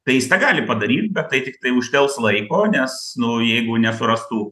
tai jis tą gali padaryt bet tai tiktai uždels laiko nes nu jeigu nesurastų